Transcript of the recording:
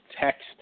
text